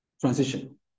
transition